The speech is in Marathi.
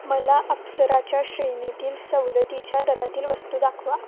मला अप्सराच्या श्रेणीतील सवलतीच्या दरातील वस्तू दाखवा